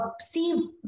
see